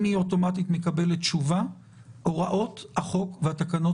אם היא אוטומטית מקבלת תשובה שלילית הרי הוראות החוק והתקנות